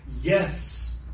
Yes